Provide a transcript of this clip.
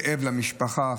כאב למשפחה,